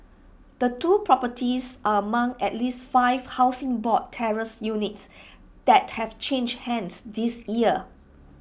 the two properties are among at least five Housing Board terraced units that have changed hands this year